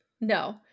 No